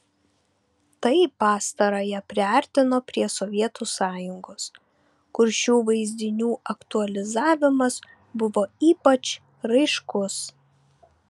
tai pastarąją priartino prie sovietų sąjungos kur šių vaizdinių aktualizavimas buvo ypač raiškus